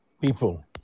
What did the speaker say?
people